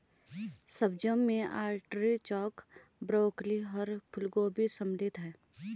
सब्जियों में artichoke, broccoli और फूलगोभी शामिल है